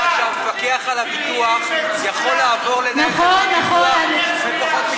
את יודעת שהמפקח על הביטוח יכול לעבור לנהל את הביטוח אחרי פחות משנה?